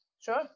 Sure